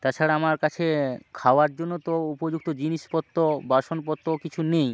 তাছাড়া আমার কাছে খাওয়ার জন্য তো উপযুক্ত জিনিসপত্র বাসনপত্র কিছু নেই